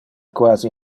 quasi